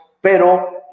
Pero